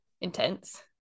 intense